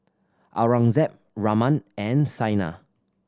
Aurangzeb Raman and Saina